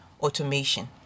automation